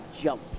jump